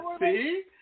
see